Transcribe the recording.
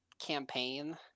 campaign